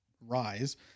rise